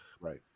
Right